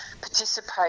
participate